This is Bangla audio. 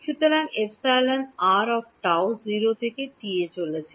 সুতরাং εr τ 0 থেকে t এ চলছে